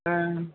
ஆ